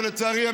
ולצערי,